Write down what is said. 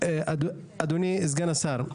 אדוני סגן השר,